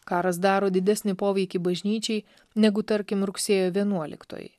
karas daro didesnį poveikį bažnyčiai negu tarkim rugsėjo vienuoliktoji